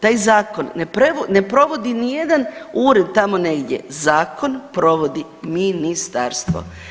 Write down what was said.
Taj zakon ne provodi nijedan ured tamo negdje, zakon provodi ministarstvo.